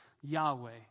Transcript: Yahweh